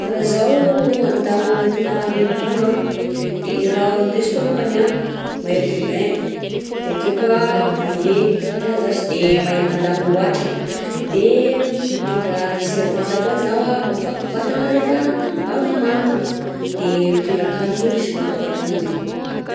Ra zaho andagno anaty renirano a, de raha ndesiko alongany maillot de bain, de akeo koa bouet satria zaho sy de mahay mandagno loatra de mitondra serviette kô zaho a, amafako vatagna refa avy mandro de mitondra akanjo hisoloako avy akagny zaho.